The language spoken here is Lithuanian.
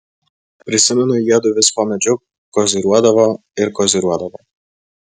prisimenu jiedu vis po medžiu koziriuodavo ir koziriuodavo